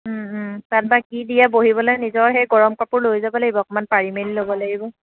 তাত বা কি দিয়ে বহিবলৈ নিজৰ সেই গৰম কাপোৰ লৈ যাব লাগিব অকণমান পাৰি মেলি ল'ব লাগিব